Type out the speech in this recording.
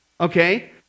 okay